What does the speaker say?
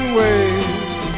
ways